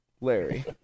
Larry